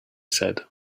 said